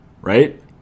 right